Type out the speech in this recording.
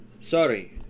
Sorry